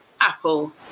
Apple